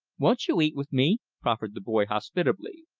won't you eat with me? proffered the boy hospitably.